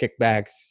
kickbacks